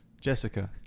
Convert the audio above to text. Jessica